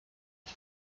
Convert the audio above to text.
ich